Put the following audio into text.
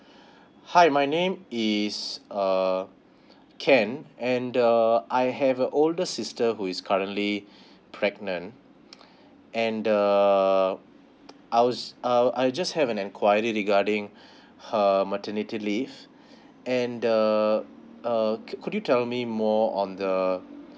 hi my name is err ken and the I have a older sister who is currently pregnant and the I'll s~ uh I just have an enquiry regarding her maternity leave and the err could could you tell me more on the